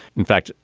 in fact,